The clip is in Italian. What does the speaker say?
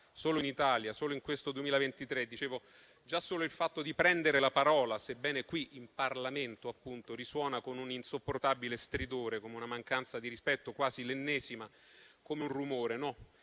solo in Italia, solo in questo 2023 - dicevo già solo il fatto di prendere la parola, sebbene qui, in Parlamento, risuona come un insopportabile stridore, come una mancanza di rispetto (quasi l'ennesima), come un rumore. No,